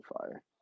fire